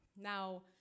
Now